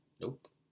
nope